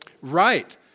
Right